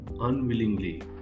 unwillingly